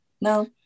no